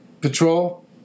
patrol